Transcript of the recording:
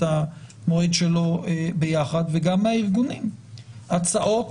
המועד שלו ביחד וגם מהארגונים הצעות,